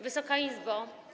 Wysoka Izbo!